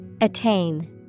Attain